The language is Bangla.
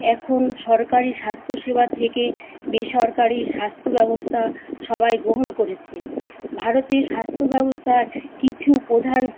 এখন সরকারী স্বাস্থ্যসেবা থেকে বেসরকারি স্বাস্থ্যব্যবস্থা সবাই গ্রহণ করেছে ভারতে স্বাস্থ্যব্যবস্থার কিছু প্রধান